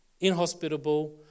inhospitable